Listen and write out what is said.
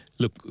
Look